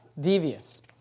devious